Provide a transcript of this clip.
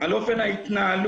על אופן ההתנהלות